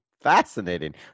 fascinating